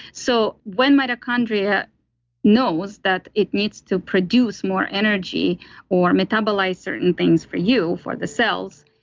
so when mitochondria knows that it needs to produce more energy or metabolize certain things for you, for the cells,